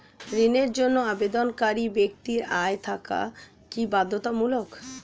ঋণের জন্য আবেদনকারী ব্যক্তি আয় থাকা কি বাধ্যতামূলক?